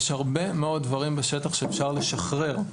יש הרבה מאוד דברים בשטח שאפשר לשחרר.